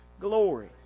glory